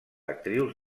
actrius